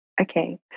Okay